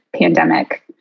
pandemic